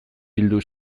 bildu